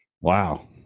Wow